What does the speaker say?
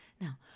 Now